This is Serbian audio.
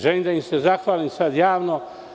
Želim da im se zahvalim sada javno.